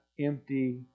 empty